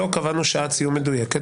לא קבענו שעת סיום מדויקת.